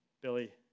Billy